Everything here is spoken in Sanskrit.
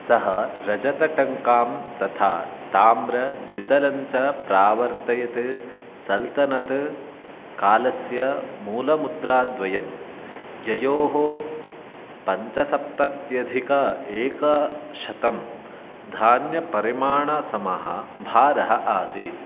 सः रजतटङ्कां तथा ताम्रजितलञ्च प्रावर्तयत् सल्तनत् कालस्य मूलमुद्राद्वयं ययोः पञ्चसप्तत्यधिक एकशतं धान्यपरिमाणसमः भारः आसीत्